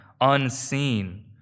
unseen